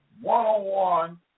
one-on-one